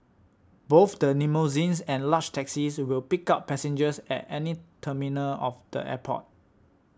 both the limousines and large taxis will pick up passengers at any terminal of the airport